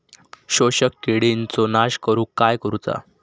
शोषक किडींचो नाश करूक काय करुचा?